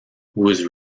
was